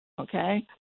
okay